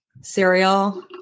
Cereal